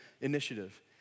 initiative